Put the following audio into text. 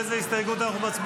על איזה הסתייגות אנחנו מצביעים?